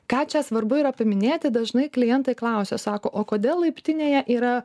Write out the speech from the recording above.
ką čia svarbu yra paminėti dažnai klientai klausia sako o kodėl laiptinėje yra